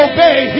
Obey